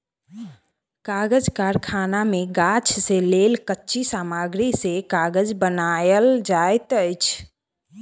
कागज़ कारखाना मे गाछ से लेल कच्ची सामग्री से कागज़ बनायल जाइत अछि